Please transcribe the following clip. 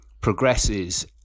progresses